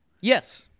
Yes